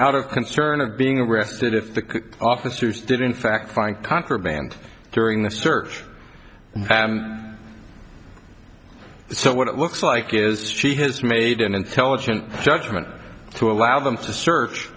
out of concern of being arrested if the officers did in fact find contraband during the search so what it looks like is she has made an intelligent judgment to allow them to search